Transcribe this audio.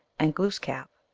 and glooskap,